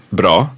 bra